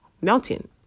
melting